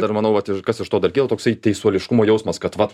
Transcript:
dar manau vat ir kas iš to dar kyla toksai teisuoliškumo jausmas kad vat